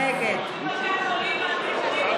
נגד חוה אתי עטייה,